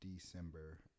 december